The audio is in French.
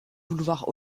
boulevards